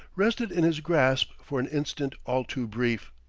rested in his grasp for an instant all too brief,